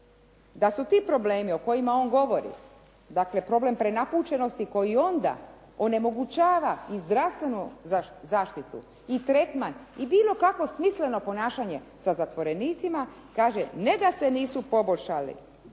Da su ti problemi o kojima on govori, dakle problem prenapučenosti koji onda onemogućava i zdravstvenu zaštitu i tretman i bilo kakvo smisleno ponašanje sa zatvorenicima, kaže ne da se nisu poboljšali